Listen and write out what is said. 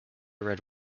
red